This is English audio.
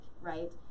right